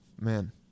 Man